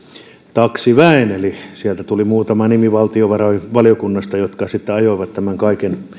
taksiväen eli sieltä tuli muutama nimi valtiovarainvaliokunnasta jotka sitten ajoivat tämän kaiken